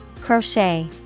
Crochet